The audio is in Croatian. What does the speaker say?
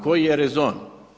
Koji je rezon?